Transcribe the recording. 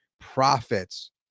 profits